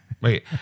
Wait